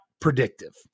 predictive